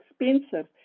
expensive